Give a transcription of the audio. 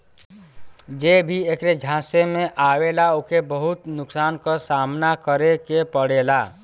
जे भी ऐकरे झांसे में आवला ओके बहुत नुकसान क सामना करे के पड़ेला